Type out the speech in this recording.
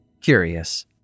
curious